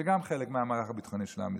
גם זה חלק מהמערך הביטחוני של עם ישראל.